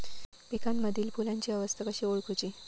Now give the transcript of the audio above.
पिकांमदिल फुलांची अवस्था कशी ओळखुची?